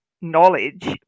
knowledge